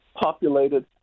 populated